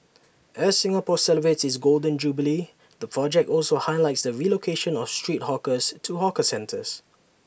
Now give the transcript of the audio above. as Singapore celebrates its Golden Jubilee the project also highlights the relocation of street hawkers to hawker centres